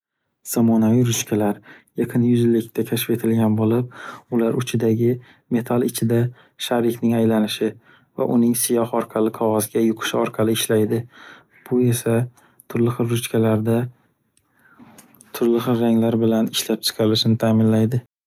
Zamonaviy ruchkalar yaqin yuz yillikda kashf etilgan bo’lib, ular uchidagi metal ichida sharikning aylanishi va uning siyoh orqali qog’ozga yuqishi orqali ishlaydi. Bu esa turli xil ruchkalarda turli xil ranglar bilan ishlab chiqarilishini taminlaydi.